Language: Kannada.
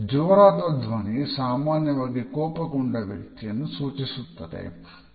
ಜೋರಾದ ಧ್ವನಿ ಸಾಮಾನ್ಯವಾಗಿ ಕೋಪಗೊಂಡ ವ್ಯಕ್ತಿಯನ್ನು ಸೂಚಿಸುತ್ತದೆ